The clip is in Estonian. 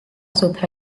asub